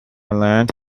learned